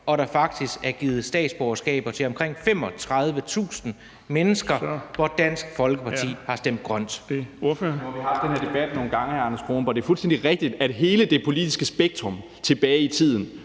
at der faktisk er givet statsborgerskaber til omkring 35.000 mennesker de gange, hvor Dansk Folkeparti har stemt grønt?